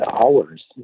hours